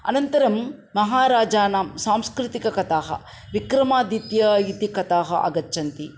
अनन्तरं महाराजानां सांस्कृतिककथाः विक्रमादित्यः इति कथाः आगच्छन्ति